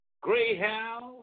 Greyhound